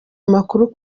amakuru